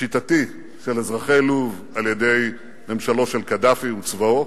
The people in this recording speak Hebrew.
שיטתי של אזרחי לוב על-ידי ממשלו של קדאפי וצבאו,